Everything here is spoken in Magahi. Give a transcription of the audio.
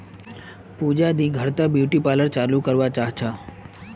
पूजा दी घर त ब्यूटी पार्लर शुरू करवा चाह छ